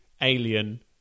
alien